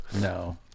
no